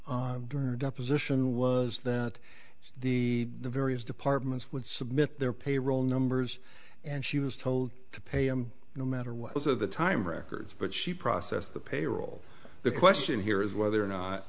testimony during deposition was that the various departments would submit their payroll numbers and she was told to pay him no matter what was of the time records but she processed the payroll the question here is whether or not